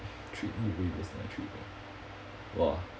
treat me treat me !wah!